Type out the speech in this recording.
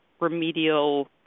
remedial